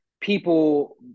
people